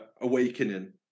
awakening